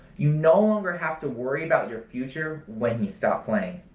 you no longer have to worry about your future when you stop playing.